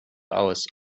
aus